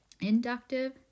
inductive